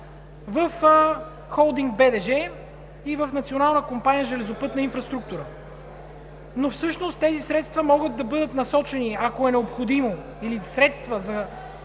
компания „Железопътна инфраструктура“. Но всъщност тези средства могат да бъдат насочени, ако е необходимо, или средства, ако